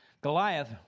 Goliath